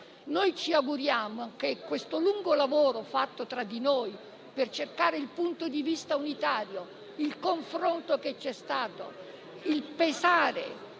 Ci auguriamo che questo lungo lavoro fatto tra di noi per cercare il punto di vista unitario, attraverso il confronto che c'è stato, pesando